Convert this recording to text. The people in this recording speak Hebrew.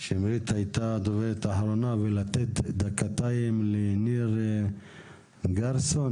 ששמרית היא הדוברת האחרונה ולתת דקותיים לניר גרסון,